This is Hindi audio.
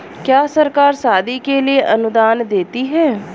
क्या सरकार शादी के लिए अनुदान देती है?